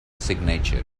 signature